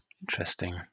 Interesting